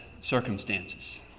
circumstances